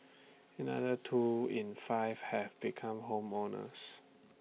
another two in five have become home owners